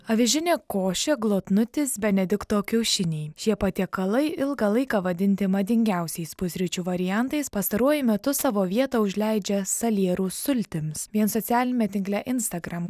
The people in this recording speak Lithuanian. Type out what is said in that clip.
avižinė košė glotnutis benedikto kiaušiniai šie patiekalai ilgą laiką vadinti madingiausiais pusryčių variantais pastaruoju metu savo vietą užleidžia salierų sultimis vien socialiniame tinkle instagram